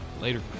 later